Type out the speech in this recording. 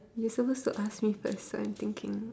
you're suppose to ask me first so I'm thinking